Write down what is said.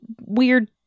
weird